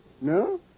No